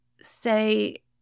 say